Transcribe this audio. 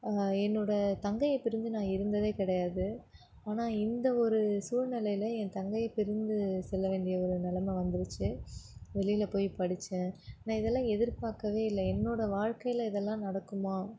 என்னோடய தங்கையைப் பிரிந்து நான் இருந்ததே கிடையாது ஆனால் இந்த ஒரு சூழ்நிலையில் என் தங்கையைப் பிரிந்து செல்ல வேண்டிய ஒரு நெலமை வந்திருச்சு வெளியில் போய் படித்தேன் நான் இதெல்லாம் எதிர்பார்க்கவே இல்லை என்னோடய வாழ்க்கையில் இதெல்லாம் நடக்குமா